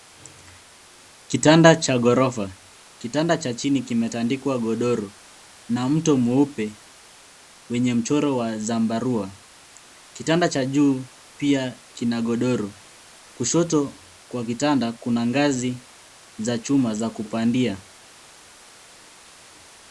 Kitanda cha ghorofa. Kitanda cha chini kimetandikwa godoro na mto mweupe wenye mchoro wa zambarua. Kitanda cha juu pia kina godoro. Kushoto kwa kitanda kuna ngazi za chuma za kupandia.